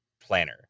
planner